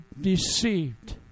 deceived